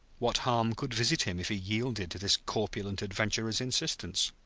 what harm could visit him if he yielded to this corpulent adventurer's insistence?